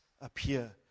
appear